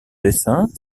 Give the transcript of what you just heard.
dessin